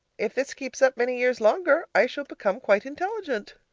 if this keeps up many years longer, i shall become quite intelligent.